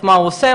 מה הוא עושה,